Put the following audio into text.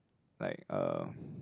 like uh